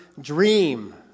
dream